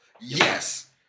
Yes